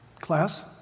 Class